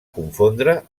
confondre